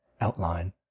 outline